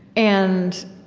and,